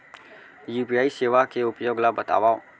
UPI सेवा के उपयोग ल बतावव?